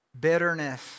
bitterness